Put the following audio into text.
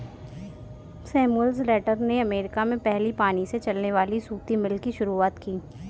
Samuel Slater ने America में पहली पानी से चलने वाली सूती मिल की शुरुआत की